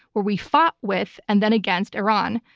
where we fought with and then against iran.